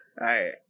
right